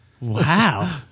Wow